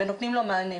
ונותנים לו מענה,